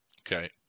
okay